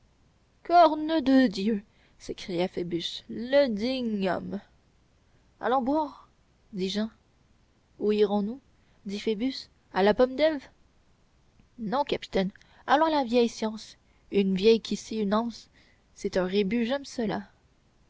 corne de dieu s'écria phoebus le digne homme allons boire dit jehan où irons-nous dit phoebus à la pomme d'ève non capitaine allons à la vieille science une vieille qui scie une anse c'est un rébus j'aime cela